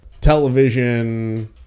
television